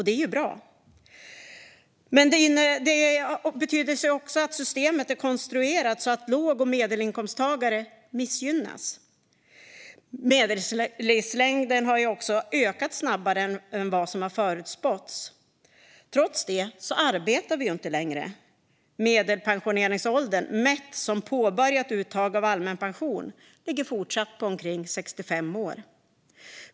Det är bra, men det betyder också att systemet är konstruerat så att låg och medelinkomsttagare missgynnas. Medellivslängden har också ökat snabbare än vad som har förutspåtts. Trots det arbetar vi inte längre. Medelpensioneringsåldern, mätt som påbörjat uttag av allmän pension, ligger fortsatt på omkring 65 år.